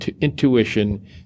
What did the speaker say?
intuition